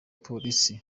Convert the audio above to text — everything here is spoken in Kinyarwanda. polisi